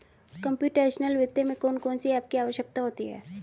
computational वित्त में कौन कौन सी एप की आवश्यकता होती है